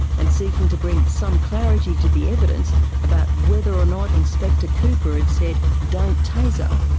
and seeking to bring some clarity to the evidence about whether or not inspector cooper had said, don't taser,